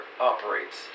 operates